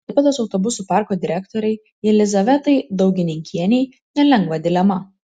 klaipėdos autobusų parko direktorei jelizavetai daugininkienei nelengva dilema